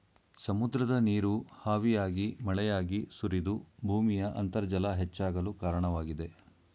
ಸಮುದ್ರದ ನೀರು ಹಾವಿಯಾಗಿ ಮಳೆಯಾಗಿ ಸುರಿದು ಭೂಮಿಯ ಅಂತರ್ಜಲ ಹೆಚ್ಚಾಗಲು ಕಾರಣವಾಗಿದೆ